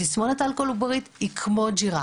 תסמונת האלכוהול העוברית היא כמו ג'ירף.